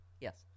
yes